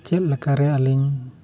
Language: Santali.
ᱪᱮᱫ ᱞᱮᱠᱟᱨᱮ ᱟᱹᱞᱤᱧ